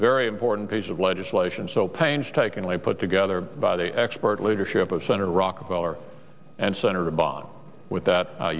very important piece of legislation so painstakingly put together by the expert leadership of senator rockefeller and senator bond with that